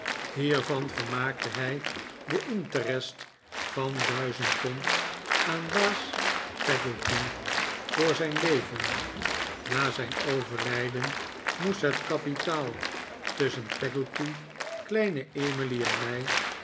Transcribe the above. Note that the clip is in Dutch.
hiervan vermaakte hij den interest van duizend pond aan baas peggotty voor zijn leven na zijn overlijden moest het kapitaal tusschen peggotty kleine emily en